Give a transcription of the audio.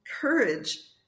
courage